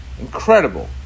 incredible